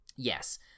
Yes